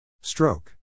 Stroke